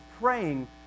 praying